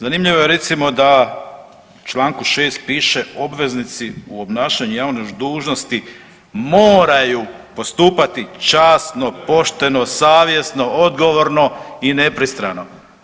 Zanimljivo je, recimo, da u čl. 6 piše obveznici u obnašanju javne dužnosti moraju postupati časno, pošteno, savjesno, odgovorno i nepristrano.